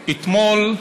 אתמול,